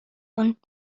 und